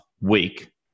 week